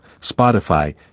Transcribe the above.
Spotify